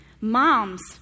Moms